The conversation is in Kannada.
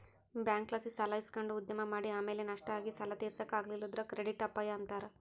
ಬ್ಯಾಂಕ್ಲಾಸಿ ಸಾಲ ಇಸಕಂಡು ಉದ್ಯಮ ಮಾಡಿ ಆಮೇಲೆ ನಷ್ಟ ಆಗಿ ಸಾಲ ತೀರ್ಸಾಕ ಆಗಲಿಲ್ಲುದ್ರ ಕ್ರೆಡಿಟ್ ಅಪಾಯ ಅಂತಾರ